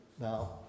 now